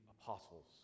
apostles